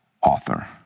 author